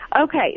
Okay